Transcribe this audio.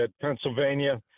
Pennsylvania